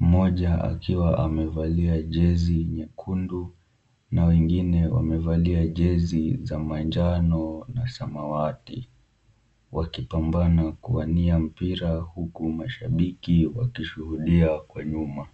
mmoja akiwa amevalia jezi nyekundu na wengine wamevalia jezi za manjano na samawati, wakipambana kuania mpira huku mashabiki wakishuhudia kwa nyuma.